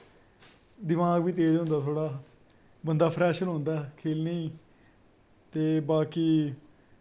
दिमाक बी तेज़ रौंह्दा बंदा फ्रैश रौंह्दा ऐ खेलनें गी ते बाकी